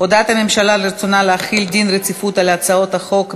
הודעת הממשלה על רצונה להחיל דין רציפות על הצעות חוק.